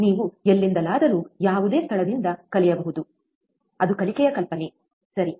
ನೀವು ಎಲ್ಲಿಂದಲಾದರೂ ಯಾವುದೇ ಸ್ಥಳದಿಂದ ಕಲಿಯಬಹುದು ಅದು ಕಲಿಕೆಯ ಕಲ್ಪನೆ ಸರಿ